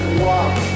walk